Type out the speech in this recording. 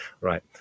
Right